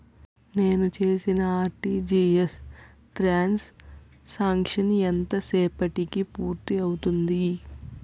నేను చేసిన RTGS transaction ఎంత సేపటికి పూర్తి అవుతుంది?